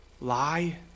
lie